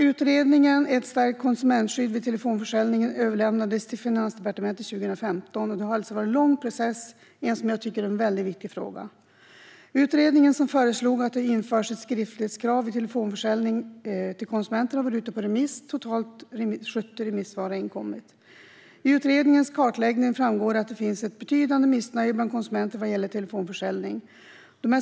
Utredningsbetänkandet Ett stärkt konsumentskydd vid telefonförsäljning överlämnades till Finansdepartementet 2015. Processen har alltså varit lång i en så viktig fråga. Utredningen, som föreslog att det ska införas ett skriftlighetskrav vid telefonförsäljning till konsumenter, har varit ute på remiss. Totalt 70 remissvar har inkommit. Av utredningens kartläggning framgår att det finns ett betydande missnöje bland konsumenter vid telefonförsäljning.